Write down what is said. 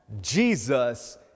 jesus